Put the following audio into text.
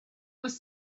was